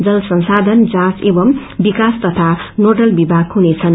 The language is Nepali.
जल संसाधन जाँच एवमू विकास तथा नोडल विभाग हुनेछन्